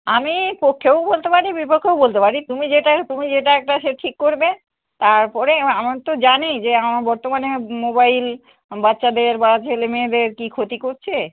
আমি পক্ষেও বলতে পারি বিপক্ষেও বলতে পারি তুমি যেটা তুমি যেটা একটা সে ঠিক করবে তার পরে এবার আমার তো জানি যে আমার বর্তমানে মোবাইল বাচ্চাদের বা ছেলে মেয়েদের কী ক্ষতি করছে